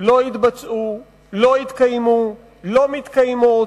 לא התבצעו, לא התקיימו, לא מתקיימות,